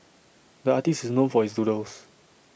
the artist is known for his doodles